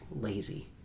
lazy